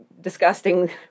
disgusting